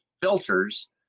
filters